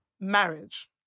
Marriage